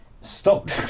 stop